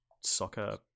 soccer